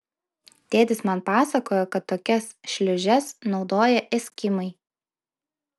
tėtis man pasakojo kad tokias šliūžes naudoja eskimai